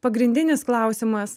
pagrindinis klausimas